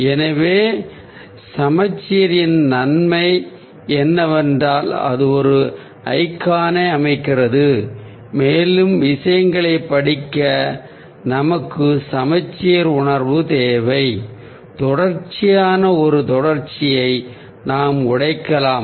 எனவே சமச்சீரின் நன்மை என்னவென்றால் அது ஒரு ஐகானை அமைக்கிறது மேலும் விஷயங்களைப் படிக்க நமக்கு சமச்சீர் உணர்வு தேவைமேலும் அதிக தொடர்ச்சியான ஒரு தொடர்ச்சியை நாம் உடைக்கலாம்